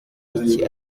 iki